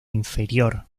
inferior